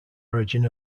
origin